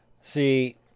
See